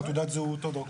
ברגע